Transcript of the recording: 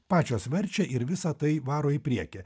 pačios verčia ir visa tai varo į priekį